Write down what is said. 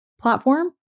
platform